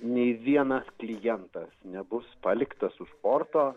nei vienas klientas nebus paliktas už sporto